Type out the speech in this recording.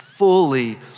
Fully